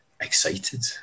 excited